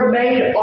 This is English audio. made